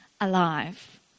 alive